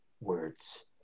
words